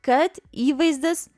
kad įvaizdis